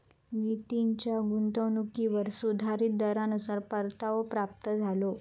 नितीनच्या गुंतवणुकीवर सुधारीत दरानुसार परतावो प्राप्त झालो